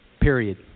period